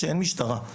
כשאין משטרה.